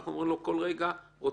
אנחנו אומרים לו כל רגע "רוצח",